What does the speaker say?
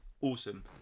awesome